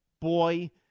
boy